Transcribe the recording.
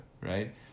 right